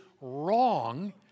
wrong